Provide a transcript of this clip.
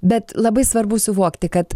bet labai svarbu suvokti kad